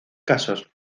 casos